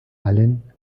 allen